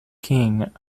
king